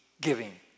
giving